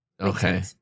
Okay